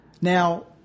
Now